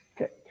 Okay